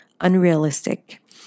unrealistic